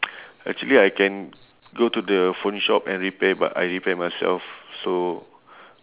actually I can go to the phone shop and repair but I repair myself so